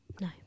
no